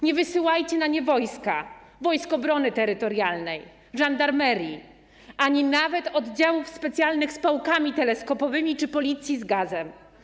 Nie wysyłajcie na nie wojska, Wojsk Obrony Terytorialnej, żandarmerii ani nawet oddziałów specjalnych z pałkami teleskopowymi czy policji z gazem.